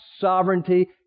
sovereignty